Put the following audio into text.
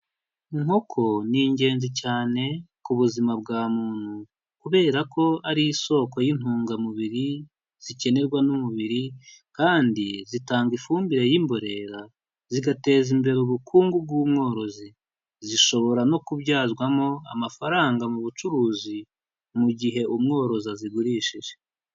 Inkoko ni ingenzi cyane ku buzima bwa muntu, kubera ko ari isoko y'intungamubiri zikenerwa n'umubiri kandi zitanga ifumbire y'imborera, zigateza imbere ubukungu bw'umworozi zishobora no kubyazwamo amafaranga mu bucuruzi mu gihe umworozi azigurishije.